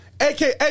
aka